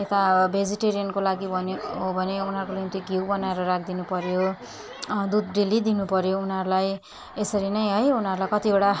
यता भेजिटेरियनको लागि भने हो भने हो भने उनीहरूको निम्ति घिउ बनाएर राखिदिनु पऱ्यो पऱ्यो दुध डेली दिनु पऱ्यो उनीहरूलाई यसरी नै है उनीहरूलाई कतिवटा